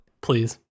please